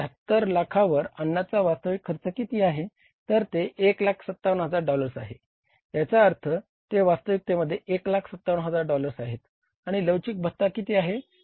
76 लाखावर अन्नाचा वास्तविक खर्च किती आहे तर ते 157000 डॉलर्स आहे याचा अर्थ ते वास्तविकतेमध्ये 157000 डॉलर्स आहेत आणि लवचिक भत्ता किती आहे